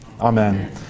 Amen